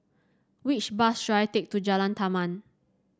which bus should I take to Jalan Taman